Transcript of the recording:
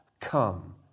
come